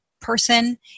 person